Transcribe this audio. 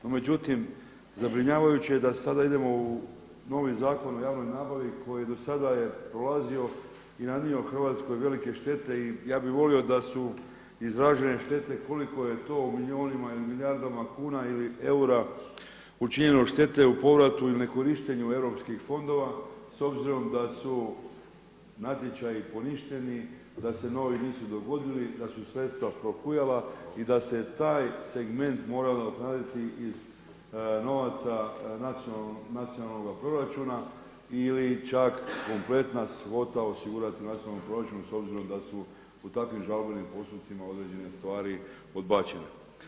No međutim, zabrinjavajuće je da sada idemo sa novim Zakonom o javnoj nabavi koji do sada je prolazio i nanio Hrvatskoj velike štete i ja bih volio da su izražene štete koliko je to u milijunima ili milijardama kuna ili eura učinjeno štete u povratu ili nekorištenju europskih fondova s obzirom da su natječaji poništeni da se novi nisu dogodili, da su sredstva prohujala i da se taj segment morao nadoknaditi novaca iz nacionalnoga proračuna ili čak kompletna svota osigurati u nacionalnom proračunu s obzirom da su u takvim žalbenim postupcima određene stvari odbačene.